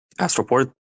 Astroport